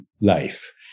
life